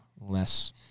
less